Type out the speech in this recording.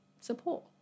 support